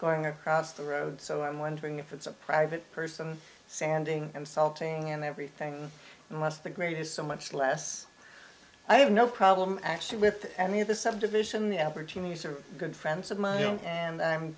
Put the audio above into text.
going across the road so i'm wondering if it's a private person sanding and solving and everything unless the grade is so much less i have no problem actually with any of this subdivision the opportunities are good friends of mine and i'm